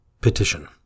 Petition